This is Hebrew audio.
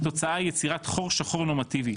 התוצאה היא יצירת חור שחור נורמטיבי,